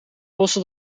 lossen